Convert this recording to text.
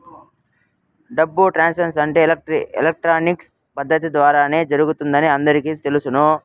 డబ్బు ట్రాన్స్ఫర్ అంటే ఎలక్ట్రానిక్ పద్దతి ద్వారానే జరుగుతుందని అందరికీ తెలుసును